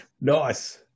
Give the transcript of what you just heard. nice